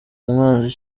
umwanzi